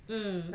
mm